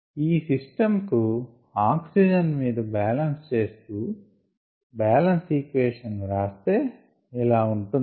ఈ సిస్టం కు ఆక్సిజన్ మీద బాలన్స్ చేస్తూ బాలన్స్ ఈక్వేషన్ ను వ్రాస్తే ఇలా ఉంటుంది